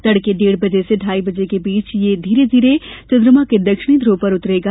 तड़के डेढ़ बजे से ढाई बजे के बीच यह धीरे धीरे चंद्रमा के दक्षिणी ध्रुव पर उतरेगा